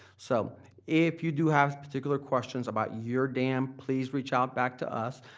so if you do have particular questions about your dam, please reach out back to us.